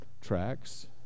tracks